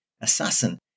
assassin